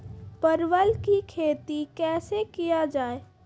परवल की खेती कैसे किया जाय?